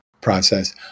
process